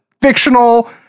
fictional